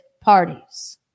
parties